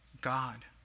god